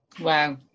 wow